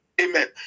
amen